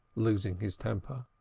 losing his temper.